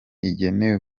igenewe